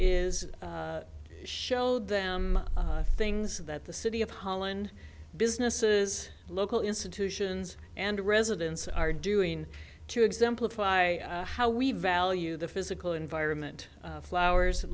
is show them things that the city of holland businesses local institutions and residents are doing to exemplify how we value the physical environment flowers and